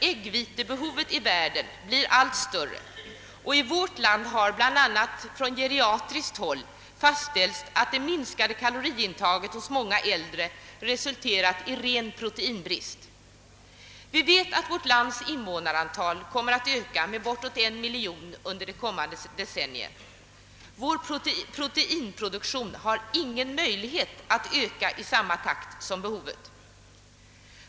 Äggvitebehovet i världen blir allt större, och i vårt land har bl.a. från geriatriskt håll fastställts att det minskade kaloriintaget hos många äldre människor resulterat i ren proteinbrist. Vi vet att vårt lands invånarantal kommer att öka med bortåt en miljon människor under det kommande decenniet. Vår proteinproduktion har ingen möjlighet att öka i samma takt som behovet.